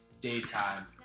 daytime